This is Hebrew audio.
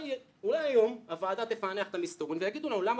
אולי היום הוועדה תפענח את המסתורין ויגידו לנו למה